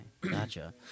gotcha